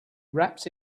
raps